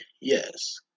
yes